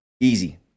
Easy